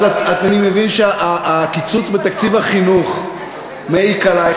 אני מבין שהקיצוץ בתקציב החינוך מעיק עלייך,